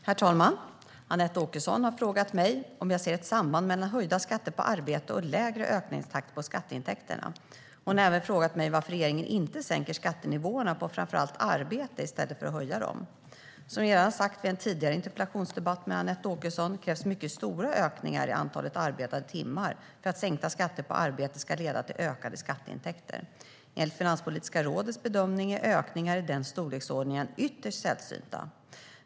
Herr talman! Anette Åkesson har frågat mig om jag ser ett samband mellan höjda skatter på arbete och en lägre ökningstakt på skatteintäkterna. Hon har även frågat mig varför regeringen inte sänker skattenivåerna på framför allt arbete i stället för att höja dem. Som jag redan sagt vid en tidigare interpellationsdebatt med Anette Åkesson krävs mycket stora ökningar i antalet arbetade timmar för att sänkta skatter på arbete ska leda till ökade skatteintäkter. Enligt Finanspolitiska rådets bedömning är ökningar i den storleksordningen ytterst sällsynta.